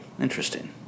interesting